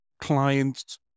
clients